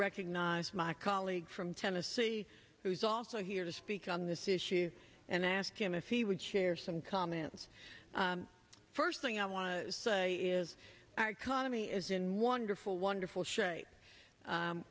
recognize my colleague from tennessee who is also here to speak on this issue and ask him if he would share some comments first thing i want to say is our economy is in wonderful wonderful shape